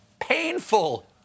painful